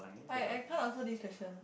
I I can't answer this question